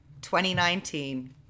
2019